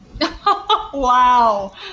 Wow